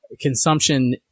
consumption